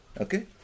Okay